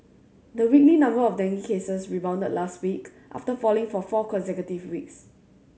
the weekly number of dengue cases rebounded last week after falling for four consecutive weeks